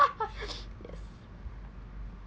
yes